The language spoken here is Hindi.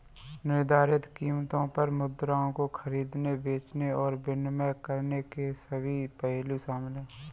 निर्धारित कीमतों पर मुद्राओं को खरीदने, बेचने और विनिमय करने के सभी पहलू शामिल हैं